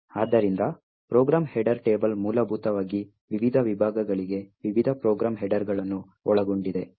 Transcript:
ಆದ್ದರಿಂದ program header table ಮೂಲಭೂತವಾಗಿ ವಿವಿಧ ವಿಭಾಗಗಳಿಗೆ ವಿವಿಧ ಪ್ರೋಗ್ರಾಂ ಹೆಡರ್ಗಳನ್ನು ಒಳಗೊಂಡಿದೆ